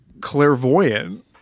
clairvoyant